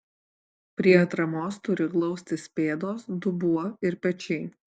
prie atramos turi glaustis pėdos dubuo ir pečiai